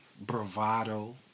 bravado